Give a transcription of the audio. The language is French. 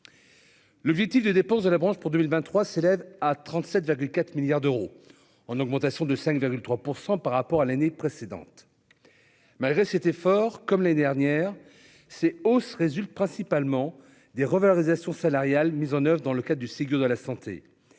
l'objectif de dépense de la branche pour 2023 s'élève à 37 vers les 4 milliards d'euros, en augmentation de 5,3 % par rapport à l'année précédente, malgré cet effort, comme l'année dernière, ces hausses résulte principalement des revalorisations salariales mises en oeuvre dans le cas du Ségur de la santé